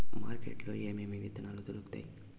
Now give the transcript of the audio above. market లో ఏమేమి విత్తనాలు దొరుకుతాయి